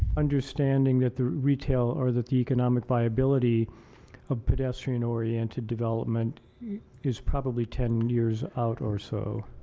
understanding that the retail or the economic viability of pedestrian oriented development is probably ten years out or so.